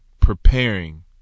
preparing